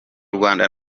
rwanda